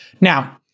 Now